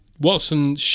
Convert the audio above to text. Watson